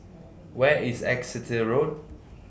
Where IS Exeter Road